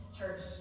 church